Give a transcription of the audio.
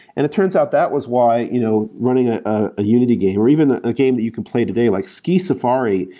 and it turns out that was why you know running ah a unity game or even a game that you can play today, like ski safari,